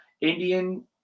Indian